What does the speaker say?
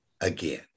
again